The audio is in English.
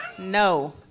No